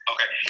Okay